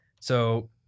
So-